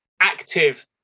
active